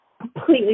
completely